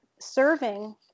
serving